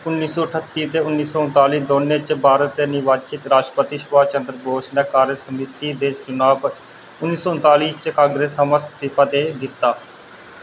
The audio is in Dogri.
उन्नी सौ ठत्ती ते उन्नी सौ उन्नताली दौनें च भारत दे निर्वाचित राष्ट्रपति सुभाष चंद्र बोस ने कार्यसमिति दे चुनांऽ पर उन्नी सौ उन्नताली च कांग्रेस थमां इस्तीफा देई दित्ता